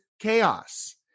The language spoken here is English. chaos